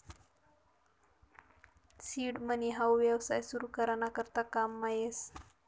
seed money हाऊ येवसाय सुरु करा ना करता काममा येस